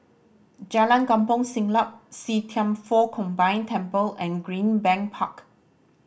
Jalan Kampong Siglap See Thian Foh Combined Temple and Greenbank Park